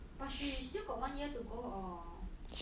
but she still got one year to go or